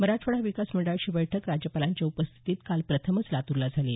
मराठवाडा विकास मंडळाची बैठक राज्यपालांच्या उपस्थितीत काल प्रथमच लातूरला झाली